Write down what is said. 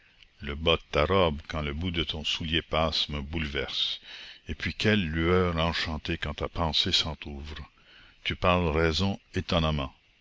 le bas de ta robe quand le bout de ton soulier passe me bouleverse et puis quelle lueur enchantée quand ta pensée s'entr'ouvre tu parles raison étonnamment